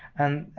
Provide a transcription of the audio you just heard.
and